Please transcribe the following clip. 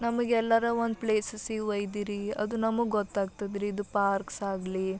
ನಮಗೆ ಎಲ್ಲರ ಒಂದು ಪ್ಲೇಸಸಿಗೆ ವೈದಿರಿ ಅದು ನಮಗೆ ಗೊತ್ತಾಗ್ತದ ರೀ ಇದು ಪಾರ್ಕ್ಸ್ ಆಗಲಿ